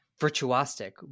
virtuosic